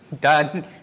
done